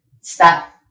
Stop